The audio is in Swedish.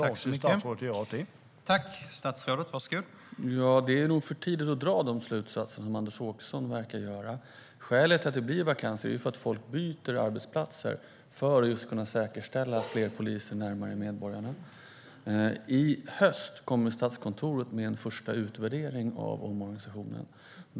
Herr talman! Det är nog för tidigt att dra de slutsatser som Anders Åkesson verkar göra. Skälet till att det blir vakanser är att folk byter arbetsplatser för att kunna säkerställa fler poliser närmare medborgarna. I höst kommer Statskontoret med en första utvärdering av omorganisationen.